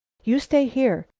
you stay here.